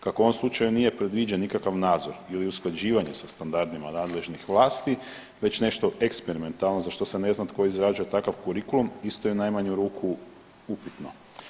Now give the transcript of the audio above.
Kako u ovom slučaju nije predviđen nikakav nadzor ili usklađivanje sa standardima nadležnih vlasti već nešto eksperimentalno za što se ne zna tko izrađuje takav kurikulum, isto je u najmanju ruku, upitno.